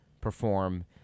perform